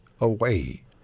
away